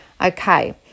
Okay